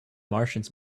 martians